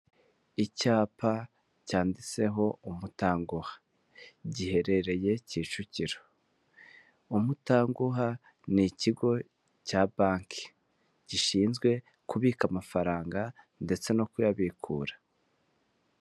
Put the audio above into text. Icyapa cyanditseho umutanguha giherereye Kicukiro, umutanguha n'ikigo cya banki gishinzwe kubika amafaranga ndetse no kuyabikura.